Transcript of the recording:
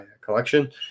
collection